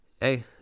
Hey